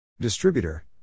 Distributor